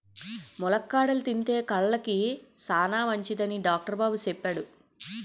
ములక్కాడలు తింతే కళ్ళుకి సాలమంచిదని డాక్టరు బాబు సెప్పాడు